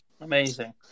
Amazing